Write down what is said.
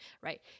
right